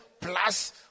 plus